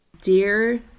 Dear